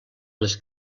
les